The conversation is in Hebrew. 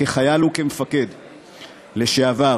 כחייל וכמפקד לשעבר,